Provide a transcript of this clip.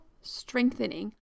strengthening